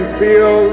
feel